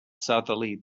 southerly